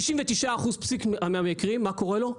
ב-99% מהמקרים מה קורה לו?